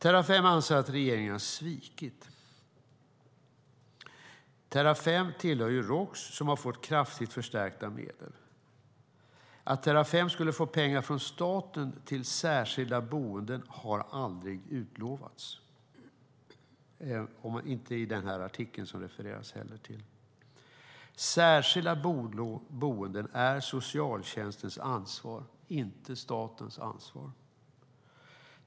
Terrafem anser att regeringen har svikit. Terrafem tillhör ju Roks, som har fått kraftigt förstärkta medel. Att Terrafem skulle få pengar från staten till särskilda boenden har aldrig utlovats - inte heller i artikeln som det refereras till. Särskilda boenden är socialtjänstens ansvar, inte statens.